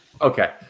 Okay